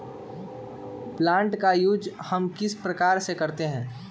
Plant का use हम किस प्रकार से करते हैं?